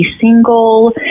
single